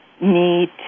need